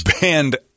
Banned